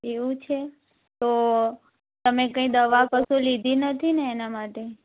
એવું છે તો તમે કંઈ દવા કશું લીધી નથી ને એના માટે